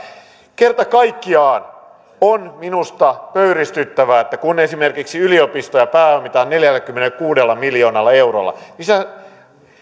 kerta kaikkiaan on minusta pöyristyttävää että kun esimerkiksi yliopistoja pääomitetaan neljälläkymmenelläkuudella miljoonalla eurolla niin sitä